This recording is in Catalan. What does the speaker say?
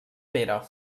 pere